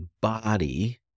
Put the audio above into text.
body